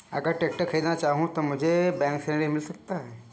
अगर मैं ट्रैक्टर खरीदना चाहूं तो मुझे बैंक से ऋण मिल सकता है?